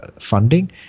funding